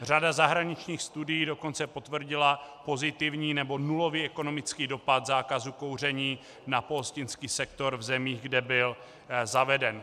Řada zahraničních studií dokonce potvrdila pozitivní nebo nulový ekonomický dopad zákazu kouření na pohostinský sektor v zemích, kde byl zaveden.